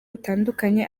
butandukanye